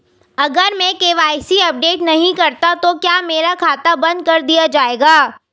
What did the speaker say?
अगर मैं KYC update नहीं करता तो क्या मेरा खाता बंद कर दिया जाएगा?